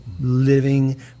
living